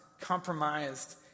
compromised